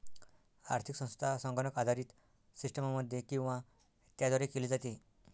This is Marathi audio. आर्थिक संस्था संगणक आधारित सिस्टममध्ये किंवा त्याद्वारे केली जाते